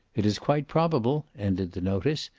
it is quite probable, ended the notice,